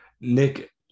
nick